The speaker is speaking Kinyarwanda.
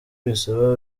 bisaba